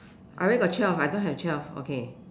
I where got twelve I don't have twelve okay